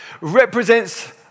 represents